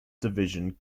division